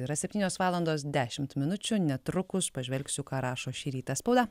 yra septynios valandos dešimt minučių netrukus pažvelgsiu ką rašo šį rytą spauda